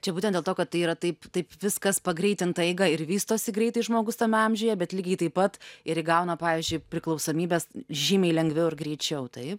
čia būtent dėl to kad tai yra taip taip viskas pagreitinta eiga ir vystosi greitai žmogus tame amžiuje bet lygiai taip pat ir įgauna pavyzdžiui priklausomybes žymiai lengviau ir greičiau taip